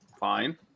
fine